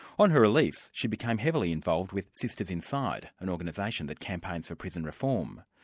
on her release she became heavily involved with sisters inside, an organisation that campaigns for prison reform.